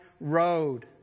road